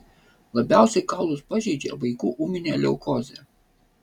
labiausiai kaulus pažeidžia vaikų ūminė leukozė